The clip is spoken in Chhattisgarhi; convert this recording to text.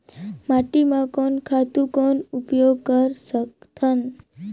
माटी म कोन खातु कौन उपयोग कर सकथन?